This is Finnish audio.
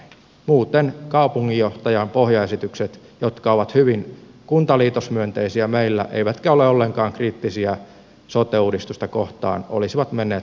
muuten kaupunginjohtajan pohjaesitykset jotka ovat hyvin kuntaliitosmyönteisiä meillä eivätkä ole ollenkaan kriittisiä sote uudistusta kohtaan olisivat menneet sellaisinaan läpi